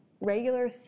regular